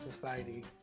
Society